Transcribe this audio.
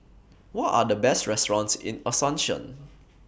What Are The Best restaurants in Asuncion